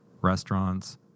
restaurants